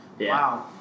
Wow